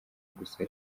gusa